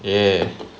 ya